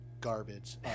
garbage